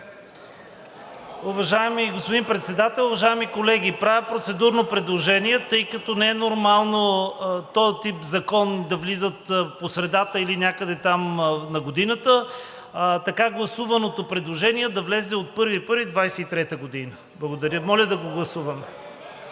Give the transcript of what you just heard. Уважаеми господин Председател, уважаеми колеги! Правя процедурно предложение, тъй като не е нормално този тип закон да влиза по средата или някъде там на годината, така гласуваното предложение да влезе в сила от 1 януари 2023 г. Благодаря. Моля да го гласуваме.